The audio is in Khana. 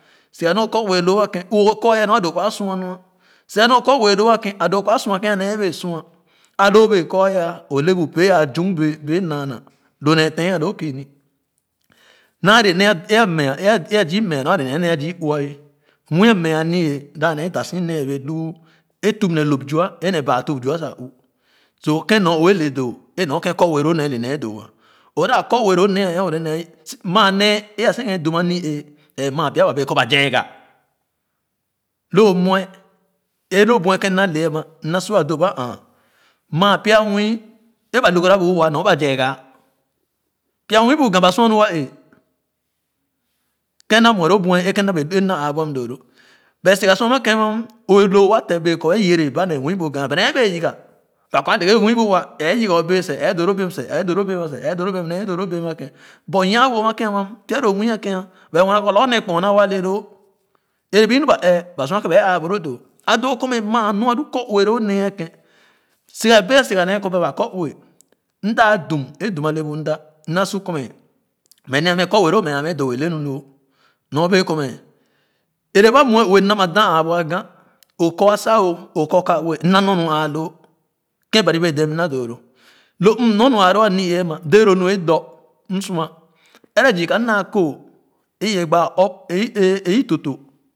Siga nee o kɔ ue loo a ue o kɔ aya nu duo kɔ a sua nua siga nee okɔ ue loo aya a doo kɔ mɛ a sua ken a naa bee sua o le bu oee a zunbee bee naana lo nee ten a loo kiini naa le nee a mesh e aa zii meah naa le nee ne a zii uu ah nwii a meah ani-ee da nee da si nee a wɛa ku a tupne top zua ne baatup zua si uuh so ken nyorwe le doo é nor ken kɔ ue loo nee ne doo a da kɔ ue loo nee anwa wo maa nee a seaghe dum ani-ee ɛɛ ma pya ba bee kɔ o zeega lo nue e loo buɛ kan mda ke ama mna su a doo ba aa maa pya nwii e ba lugara bu wa nor ba zeega pya nwii e ba ingara bu wa nor ba zeega pya nwii bu gan ba sua nu wa ee ken mna muɛ lo buɛ e mna bee aabu ama doo lo but siga sor a ma ken ama ue loo wa te bee kɔ e yẽrɛ ba ne nwii bu gam ba nee bee yiga o bee seh ɛɛ doo lo bee seh ɛɛ doo lo bee ama seh ɛɛ doo lo bee nee doo lo bee ama ken but nwawo ama ken ama pya lo nwii aken ba mue naa kɔ lorgor nɛɛ kpoa naa wa le loo ɛrɛ ba inu ba ɛrɛ ba sua kah ba é aa boro doo a doo kɔ maa nua lo kɔ ue loo nee ken siga bea siga nee kɔ ba ue mda dum e dum ale bu mda mna su kɔme mɛ nee a mɛ kɔ ue loo mɛ aa mɛ doo lenu loo nyorbee kɔ mɛ ɛrɛ ba muɛ ue mna da aa bu ageh o kɔ asa oh okɔ ka dem mna nor uu aa loo ken bari bee dem mna doo loo lo mnor nu aahoo am-ee ama dee lo nu é dɔ m sua ɛrɛ zü ka mna kooh é ye gba zpi a i tõp tõp.